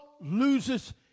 Loses